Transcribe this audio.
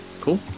Cool